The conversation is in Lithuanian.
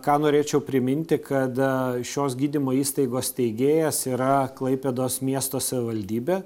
ką norėčiau priminti kada šios gydymo įstaigos steigėjas yra klaipėdos miesto savivaldybė